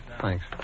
Thanks